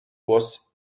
was